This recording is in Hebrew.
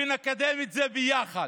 ונקדם את זה ביחד.